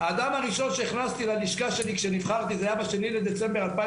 האדם הראשון שהכנסתי ללשכה שלי כשנבחרתי זה היה ב-2 בדצמבר 2003